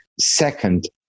second